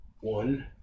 One